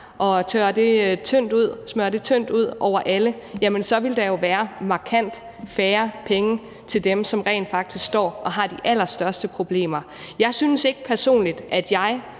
og smøre det tyndt ud til alle? Jamen så ville der jo være markant færre penge til dem, som rent faktisk står og har de allerstørste problemer. Personligt synes jeg ikke, at jeg